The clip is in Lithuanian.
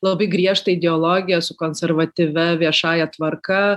labai griežtą ideologiją su konservatyvia viešąja tvarka